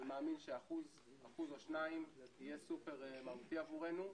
אני מאמין שאחוז או שניים יהיה סופר מהותי עבורנו.